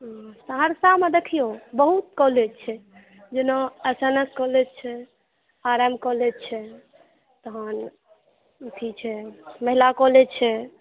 सहरसामे देखियौ बहुत कॉलेज छै जेना एस एन एस कॉलेज छै आर एम कॉलेज छै तहन एथी छै महिला कॉलेज छै